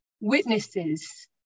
witnesses